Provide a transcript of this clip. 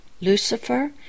Lucifer